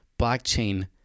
blockchain